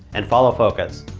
and follow focus.